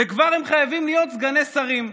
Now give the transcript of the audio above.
והם כבר חייבים להיות סגני שרים".